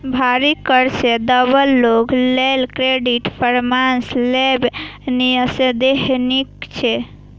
भारी कर्ज सं दबल लोक लेल क्रेडिट परामर्श लेब निस्संदेह नीक छै